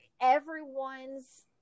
everyone's